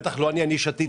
בטח לא אני, אני שתיתי.